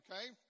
okay